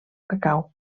cacau